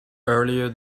earlier